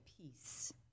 peace